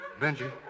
Benji